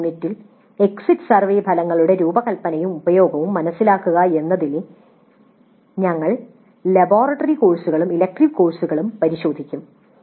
അടുത്ത യൂണിറ്റിൽ "എക്സിറ്റ് സർവേയുടെ രൂപകൽപ്പനയും ഉപയോഗവും മനസിലാക്കുക" എന്നതിലെ ഞങ്ങൾ ലബോറട്ടറി കോഴ്സുകളും എലക്ടീവ് കോഴ്സുകളും പരിശോധിക്കും